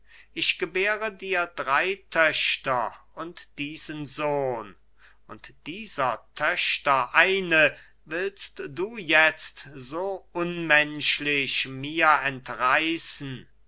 ich gebäre dir drei töchter und diesen sohn und dieser töchter eine willst du jetzt so unmenschlich mir entreißen